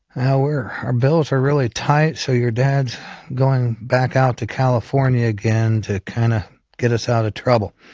our our bills are really tight so your dad's going back out to california again to kinda get us out of trouble.